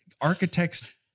architects